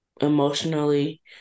emotionally